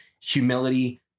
humility